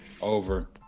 Over